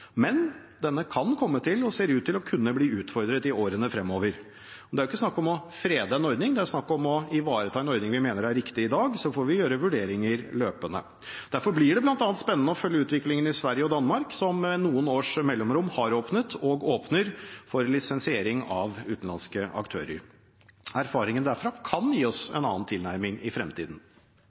men den kan komme til – og ser ut til – å kunne bli utfordret i årene fremover. Det er ikke snakk om å frede en ordning, det er snakk om å ivareta en ordning vi mener er riktig i dag, og så får vi gjøre vurderinger løpende. Derfor blir det bl.a. spennende å følge utviklingen i Sverige og Danmark, som med noen års mellomrom har åpnet og åpner for lisensiering av utenlandske aktører. Erfaringene derfra kan gi oss annen tilnærming i fremtiden.